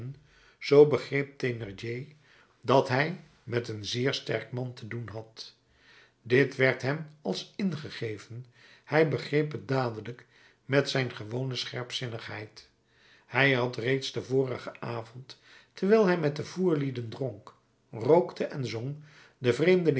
zoo begreep thénardier dat hij met een zeer sterk man te doen had dit werd hem als ingegeven hij begreep het dadelijk met zijn gewone scherpzinnigheid hij had reeds den vorigen avond terwijl hij met de voerlieden dronk rookte en zong den vreemdeling